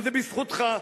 וזה בזכותך.